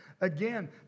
Again